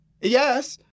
Yes